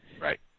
Right